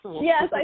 Yes